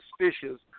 suspicious